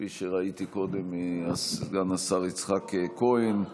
כפי שראיתי קודם, סגן השר יצחק כהן.